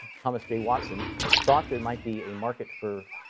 thomas j watson thought there might be a market for,